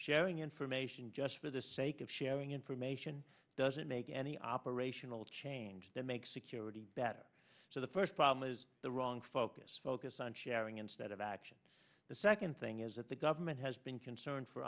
sharing information just for the sake of sharing information does it make any operational change that makes security better so the first problem is the wrong focus focus on sharing instead of action the second thing is that the government has been concerned for